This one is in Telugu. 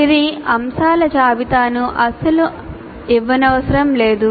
ఇది అంశాల జాబితాను అస్సలు ఇవ్వనవసరం లేదు